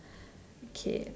okay